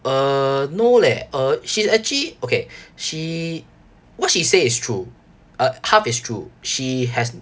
err no leh uh she's actually okay she what she say is true uh half is true she has